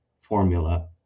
formula